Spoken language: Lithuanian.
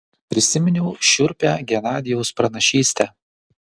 prisiminiau šiurpią genadijaus pranašystę